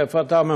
מאיפה אתה?